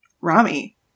Rami